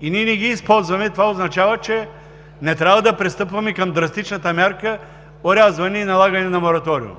и ние не ги използваме, това означава, че не трябва да пристъпваме към драстичната мярка орязване и налагане на мораториум.